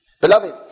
Beloved